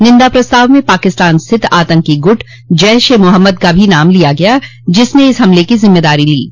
निन्दा प्रस्ताव में पाकिस्तान स्थित आतंकी गुट जैश ए मोहम्मद का भी नाम लिया गया जिसने इस हमले की जिम्मेदारी ली है